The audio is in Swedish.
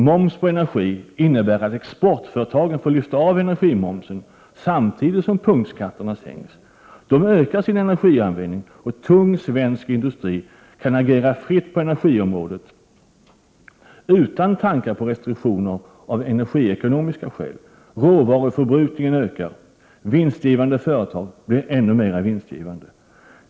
Moms på energi innebär att exportföretagen får lyfta av energimomsen samtidigt som punktskatterna sänks. De ökar sin energianvändning, och tung svensk industri kan agera fritt på energiområdet utan tankar på restriktioner av energiekonomiska skäl. Råvaruförbrukningen kommer att öka. Vinstgivande företag blir ännu mera vinstgivande.